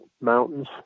mountains